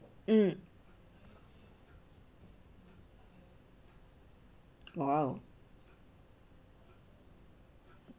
um !wow!